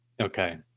Okay